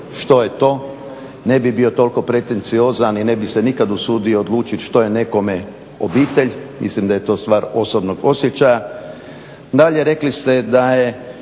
što je to? Ne bih bio toliko pretenciozan i ne bih se nikada usudio odlučiti što je nekome obitelj, mislim da je to stvar osobnog osjećaja. Dalje, rekli ste da je